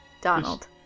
Donald